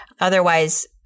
Otherwise